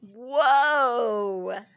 whoa